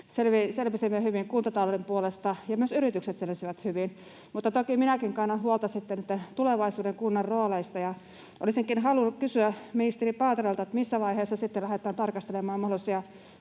selvisimme hyvin kuntatalouden puolesta ja myös yritykset selvisivät hyvin. Mutta toki minäkin kannan huolta tulevaisuuden kunnan rooleista, ja olisinkin halunnut kysyä ministeri Paaterolta, missä vaiheessa lähdetään tarkastelemaan mahdollisia